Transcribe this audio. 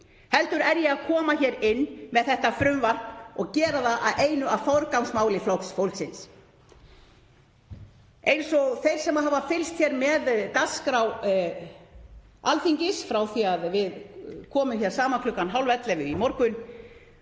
heldur er ég að koma hér inn með þetta frumvarp og gera það að einu af forgangsmálum Flokks fólksins. Eins og þeir vita sem hafa fylgst með dagskrá Alþingis, frá því að við komum hér saman klukkan hálfellefu í morgun,